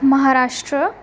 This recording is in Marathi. महाराष्ट्र